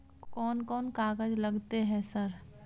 कोन कौन कागज लगतै है सर?